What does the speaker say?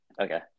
Okay